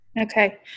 Okay